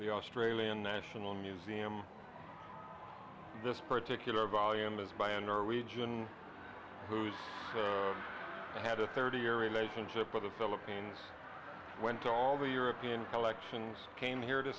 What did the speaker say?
the australian national museum this particular volume is by a norwegian who's had a thirty year relationship with the philippines went to all the european collections came here to